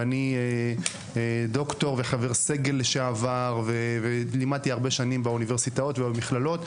ואני דוקטור וחבר סגל לשעבר ולימדתי שנים רבות באוניברסיטאות ובמכללות,